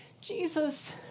Jesus